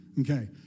Okay